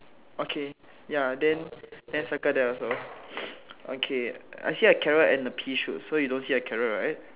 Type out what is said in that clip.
okay ya then then circle that's all okay I see a carrot and a pea shoot so you don't see a carrot right